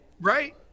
Right